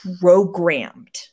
programmed